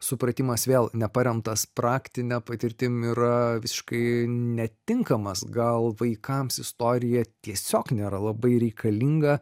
supratimas vėl neparemtas praktine patirtim yra visiškai netinkamas gal vaikams istorija tiesiog nėra labai reikalinga